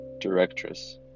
directress